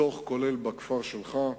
כולל בכפר שלך,